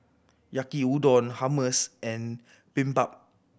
Yaki Udon Hummus and Bibimbap